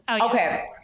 Okay